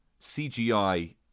CGI